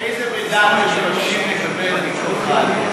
איזה מידע אתם מבקשים לקבל על השולחן?